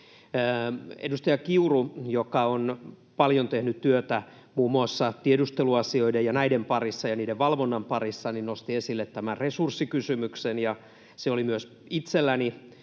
Edustaja Kiuru, joka on paljon tehnyt työtä muun muassa tiedusteluasioiden ja niiden valvonnan parissa, nosti esille tämän resurssikysymyksen, ja se oli myös itselläni